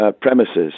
premises